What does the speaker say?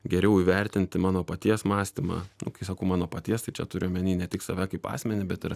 geriau įvertinti mano paties mąstymą o kai sakau mano paties tai čia turiu omeny ne tik save kaip asmenį bet ir